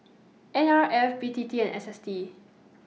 N R F B T T and S S T